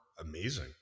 amazing